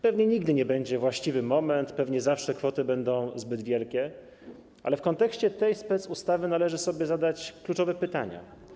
Pewnie nigdy nie będzie właściwego momentu, pewnie zawsze kwoty będą zbyt wysokie, ale w kontekście tej specustawy należy sobie zadać kluczowe pytania.